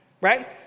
right